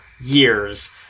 years